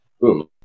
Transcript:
Boom